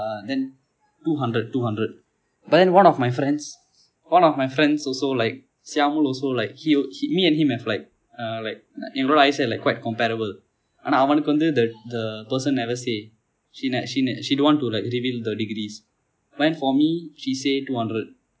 and then two hundred two hundred but then one of my friends one of my friends also like syamul also like he will he me and him have like uh like our eyesight like quite comparable ஆனா அவனுக்கு வந்து:aana avanukku vanthu the per~ the person never say she ne~ she don't want to like reveal the degrees but then for me she said two hundred